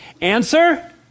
Answer